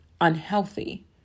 unhealthy